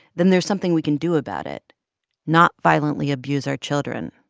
then there's something we can do about it not violently abuse our children.